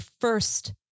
first